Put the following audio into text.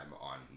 on